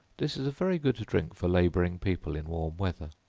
this is a very good drink for laboring people in warm weather.